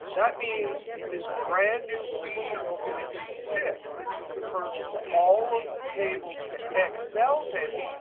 that means this brand new feature is going to insist that you convert all of the tables to excel tables.